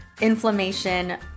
inflammation